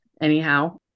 Anyhow